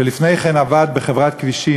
שלפני כן עבד בחברת כבישים,